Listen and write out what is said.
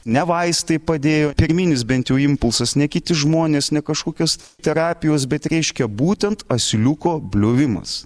ne vaistai padėjo pirminis bent jau impulsas ne kiti žmonės ne kažkokios terapijos bet reiškia būtent asiliuko bliovimas